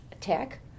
tech